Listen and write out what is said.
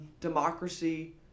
democracy